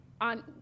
on